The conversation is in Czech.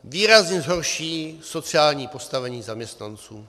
Výrazně zhorší sociální postavení zaměstnanců.